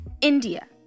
India